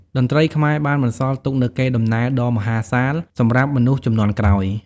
តន្ត្រីខ្មែរបានបន្សល់ទុកនូវកេរដំណែលដ៏មហាសាលសម្រាប់មនុស្សជំនាន់ក្រោយ។